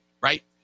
right